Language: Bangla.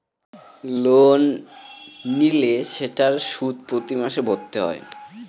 লোন নিলে সেটার সুদ প্রতি মাসে ভরতে হয়